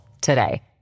today